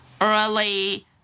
early